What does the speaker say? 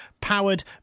powered